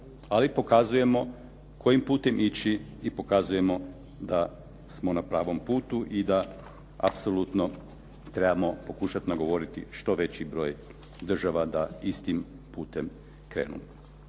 Ali pokazujemo kojim putem ići i pokazujemo da smo na pravom putu i da apsolutno trebamo pokušati nagovoriti što veći broj država da istim putem krenu.